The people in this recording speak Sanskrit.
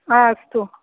आ अस्तु